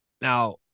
Now